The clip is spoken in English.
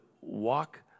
walk